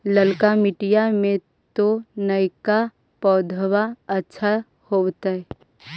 ललका मिटीया मे तो नयका पौधबा अच्छा होबत?